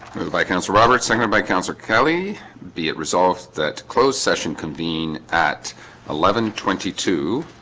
by councillor robert singer by councillor kelly be it resolved that closed session convene at eleven twenty two